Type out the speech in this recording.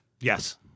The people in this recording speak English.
Yes